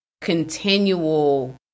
continual